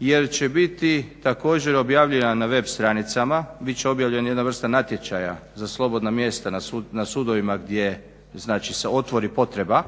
jer će biti također objavljivan na web stranicama, bit će objavljena jedna vrsta natječaja za slobodna mjesta na sudovima gdje znači se otvori potreba,